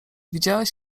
widziałeś